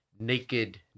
naked